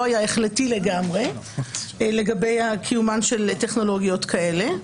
היה החלטי לגמרי לגבי קיומן של טכנולוגיות כאלה,